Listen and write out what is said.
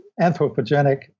anthropogenic